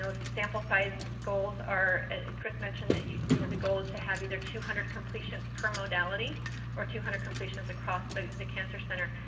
so sample size goals are chris mentioned that you know the goal is to have either two hundred completions per modality or two hundred completions across the the cancer center.